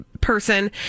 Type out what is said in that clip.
person